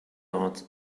art